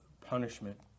punishment